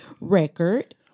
record